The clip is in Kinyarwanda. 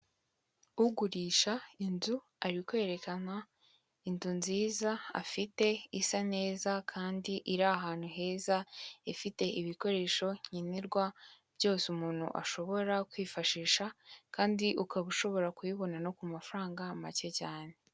Ugurisha inzu ari kwerekana inzu nziza afite isa neza kandi iri ahantu heza ifite ibikoresho nkenerwa byose umuntu ashobora kwifashisha kandi ukaba ushobora kuyibona no ku mafaranga make cyane.